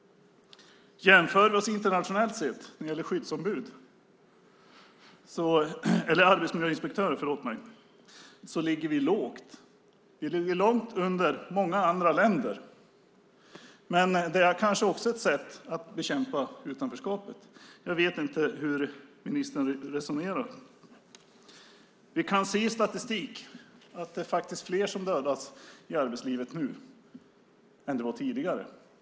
Jämför vi internationellt när det gäller arbetsmiljöinspektörer ligger vi lågt. Vi ligger långt under många andra länder. Men det är kanske också ett sätt att bekämpa utanförskapet. Jag vet inte hur ministern resonerar. Vi kan i statistik se att det är fler som dödas i arbetslivet nu än tidigare.